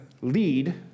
lead